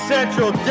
Central